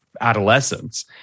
adolescence